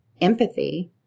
empathy